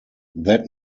that